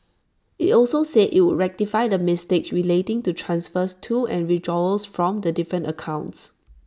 IT also said IT would rectify the mistakes relating to transfers to and withdrawals from the different accounts